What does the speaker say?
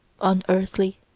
unearthly